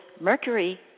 mercury